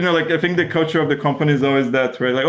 yeah like i think the culture of the company is always that, right?